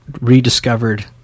rediscovered